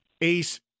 Ace